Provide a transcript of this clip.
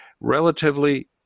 relatively